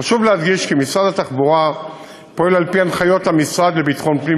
חשוב להדגיש כי משרד התחבורה פועל על-פי הנחיות המשרד לביטחון פנים